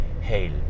Hail